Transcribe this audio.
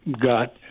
got